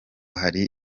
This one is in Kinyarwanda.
hari